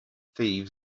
thieves